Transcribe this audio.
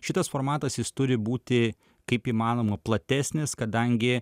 šitas formatas jis turi būti kaip įmanoma platesnis kadangi